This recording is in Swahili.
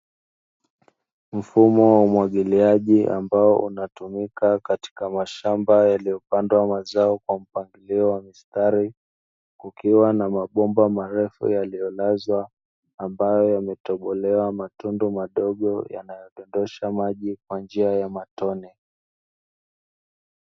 Mfumo wa umwagiliaji ambao unatumika katika mashamba yaliyopandwa mazao kwa mpangilio wa mistari, kukiwa na mabomba marefu yaliyolazwa, ambayo yametobolewa matundu madogo yanayodondosha maji kwa njia ya matone.